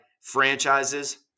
franchises